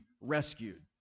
rescued